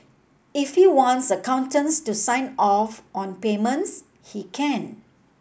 if he wants accountants to sign off on payments he can